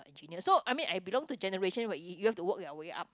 engineer so I mean I belong to generation you you you have to work your way up